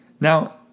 Now